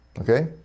Okay